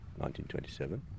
1927